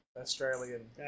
Australian